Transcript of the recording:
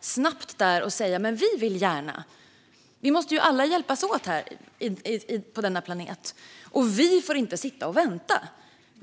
snabbt vara där och säga: Vi vill gärna! Alla måste hjälpas åt på denna planet, och vi får inte sitta och vänta.